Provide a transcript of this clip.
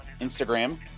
Instagram